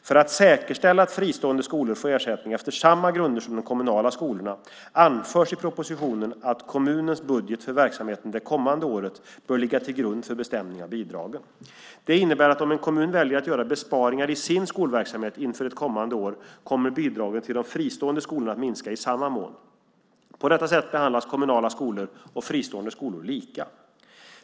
För att säkerställa att fristående skolor får ersättning efter samma grunder som de kommunala skolorna anförs i propositionen att kommunens budget för verksamheten det kommande året bör ligga till grund för bestämningen av bidragen. Det innebär att om en kommun väljer att göra besparingar i sin skolverksamhet inför ett kommande år kommer bidragen till de fristående skolorna att minskas i samma mån. På detta sätt behandlas kommunala skolor och fristående skolor lika.